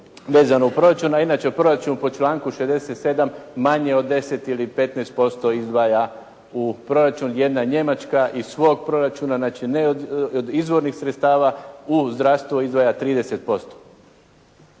vezano u proračun. A inače proračun po članku 67. manje od 10 ili 15% izdvaja proračun. Jedna Njemačka iz svog proračuna, znači ne od izvornih sredstava u zdravstvo izdvaja 30%.